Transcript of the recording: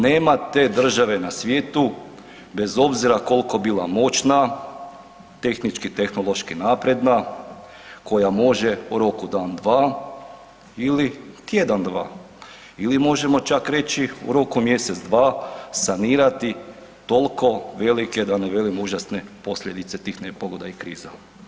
Nema te države na svijetu bez obzira kolko bila moćna, tehnički i tehnološki napredna koja može u roku dan dva ili tjedan dva ili možemo čak reći u roku mjesec dva sanirati tolko velike, da ne velim užasne posljedice tih nepogoda i kriza.